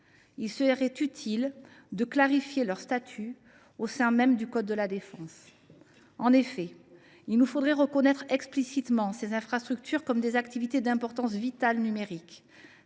Il serait utile de clarifier leur statut au sein même du code de la défense. En effet, il nous faudrait reconnaître explicitement ces infrastructures comme des activités numériques